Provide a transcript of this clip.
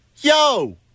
Yo